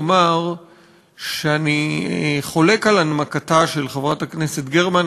לומר שאני חולק על הנמקתה של חברת הכנסת גרמן.